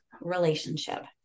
relationship